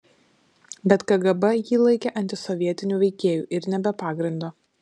bet kgb jį laikė antisovietiniu veikėju ir ne be pagrindo